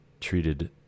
treated